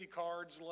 cards